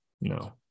no